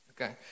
Okay